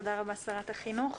תודה רבה שרת החינוך.